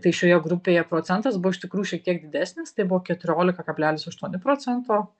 tai šioje grupėje procentas buvo iš tikrųjų šiek tiek didesnis tai buvo keturiolika kablelis aštuoni procento